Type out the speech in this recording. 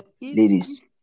ladies